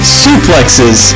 suplexes